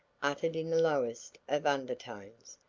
uttered in the lowest of undertones.